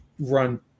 run